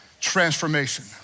transformation